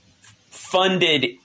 funded